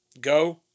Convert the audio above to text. go